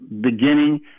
beginning